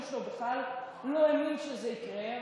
הוא לא האמין שזה יקרה,